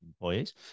employees